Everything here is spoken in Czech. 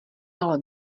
ale